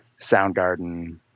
Soundgarden